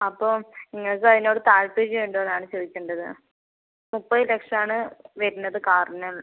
അപ്പം നിങ്ങൾക്ക് അതിനോട് താൽപ്പര്യം ഉണ്ടോന്നാണ് ചോദിക്കേണ്ടത് മുപ്പത് ലക്ഷമാണ് വരുന്നത് കാറിന്